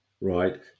right